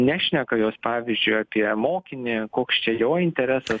nešneka jos pavyzdžiui apie mokinį koks čia jo interesas